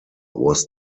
was